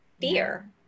fear